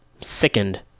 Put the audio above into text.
Sickened